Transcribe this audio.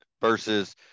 versus